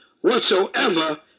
whatsoever